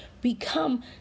become